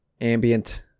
ambient